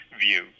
view